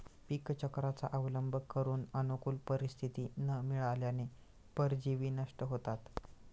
पीकचक्राचा अवलंब करून अनुकूल परिस्थिती न मिळाल्याने परजीवी नष्ट होतात